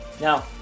Now